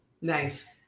Nice